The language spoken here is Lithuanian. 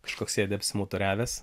kažkoks sėdi apsimuturiavęs